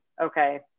okay